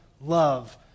love